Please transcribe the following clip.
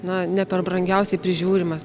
na ne per brangiausiai prižiūrimas